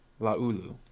Laulu